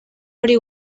hori